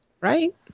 Right